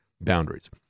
boundaries